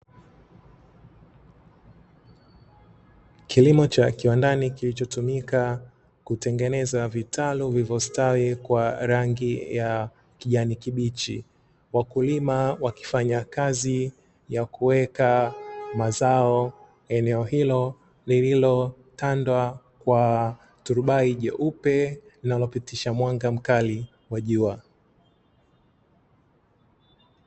Kilimo cha kiwandani kilitumika kutengeneza vitalu vilivyostawi kwa rangi ya kijani kibichi. Wakulima wakifanya kazi ya kuweka mazao, eneo hilo lililotandwa kwa turubai jeupe linalopitisha mwanga mkali wa jua.